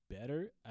better